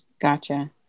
Gotcha